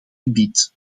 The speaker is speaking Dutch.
gebied